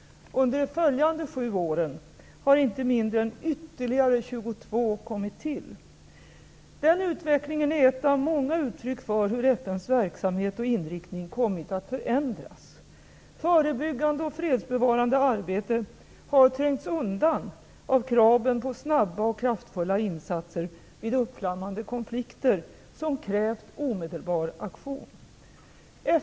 Under de följande sju åren har inte mindre än ytterligare 22 kommit till. Den utvecklingen är ett av många uttryck för hur FN:s verksamhet och inriktning har kommit att förändras. Förebyggande och fredsbevarande arbete har trängts undan av kraven på snabba och kraftfulla insatser vid uppflammande konflikter, som krävt omedelbar aktion.